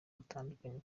hatandukanye